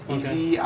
Easy